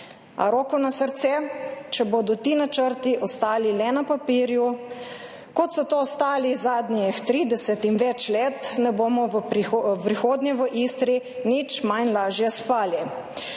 a roko na srce, če bodo ti načrti ostali le na papirju, kot so to ostali zadnjih 30 in več let, ne bomo v prihodnje v Istri nič lažje spali.